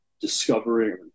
discovering